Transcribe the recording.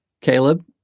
Caleb